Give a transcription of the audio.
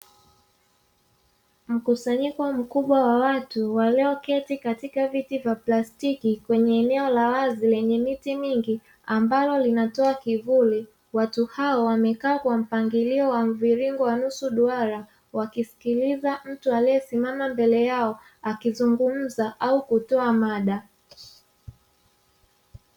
Mkusanyiko mkubwa wa watu, walioketi katika viti vya plastiki kwenye eneo la wazi lenye miti mingi ambalo linatoa kivuli. Watu hao wamekaa kwa mpangilio wa mviringo wa nusu duara, wakisikiliza mtu aliyesimama mbele yao akizungumza au kutoa mada.